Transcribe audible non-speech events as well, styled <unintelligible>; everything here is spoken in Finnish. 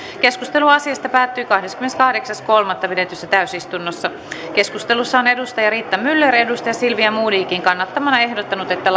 keskustelu asiasta päättyi kahdeskymmeneskahdeksas kolmatta kaksituhattaseitsemäntoista pidetyssä täysistunnossa keskustelussa on riitta myller silvia modigin kannattamana ehdottanut että <unintelligible>